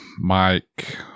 Mike